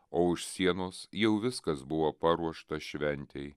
o už sienos jau viskas buvo paruošta šventei